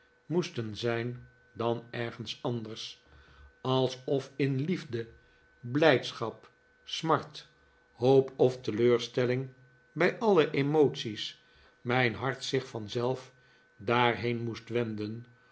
moesten zijn dan ergens anders alsof in liefde blijdschap smart hoop of teleurstelling bij alle emoties mijn hart zich vanzelf daarheen moest wenden